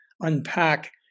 unpack